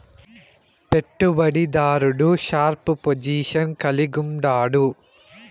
పెట్టుబడి దారుడు sharp position కలిగుండాడు